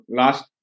last